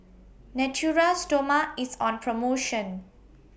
Natura Stoma IS on promotion